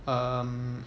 um